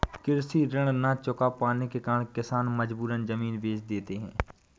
कृषि ऋण न चुका पाने के कारण किसान मजबूरन जमीन बेच देते हैं